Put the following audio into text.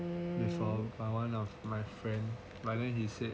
my one of my friend but then he said